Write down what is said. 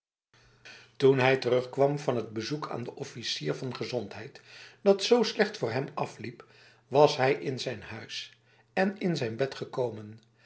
toen hij terugkwam van het bezoek aan de officier van gezondheid dat zo slecht voor hem afliep was hij in zijn huis en in zijn bed gekomen